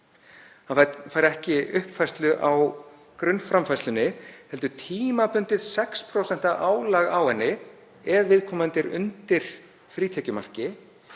Hann fær ekki uppfærslu á grunnframfærslunni heldur tímabundið 6% álag á hana ef viðkomandi er undir frítekjumarki.